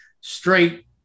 straight